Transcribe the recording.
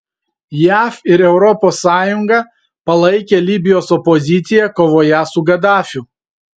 jav ir europos sąjunga palaikė libijos opoziciją kovoje su gadafiu